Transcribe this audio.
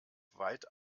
weit